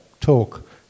talk